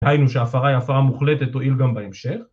ראינו שההפרה היא הפרה מוחלטת, תועיל גם בהמשך.